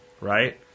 right